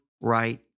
right